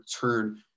turn